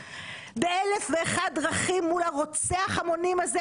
באלף ואחת דרכים מול רוצח ההמונים הזה,